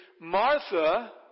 Martha